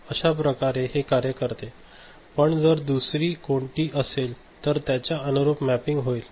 अश्याप्रकारे हे कार्य करते पण जर दुसरी कोणती असेल तर त्याच्या अनुरूप मॅपिंग होईल